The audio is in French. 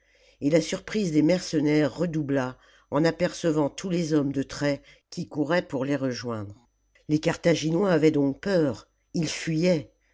et la surprise des mercenaires redoubla en apercevant tous les hommes de trait qui couraient pour les rejoindre les carthaginois avaient donc peur ils fuyaient